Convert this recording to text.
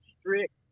strict